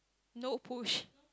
no push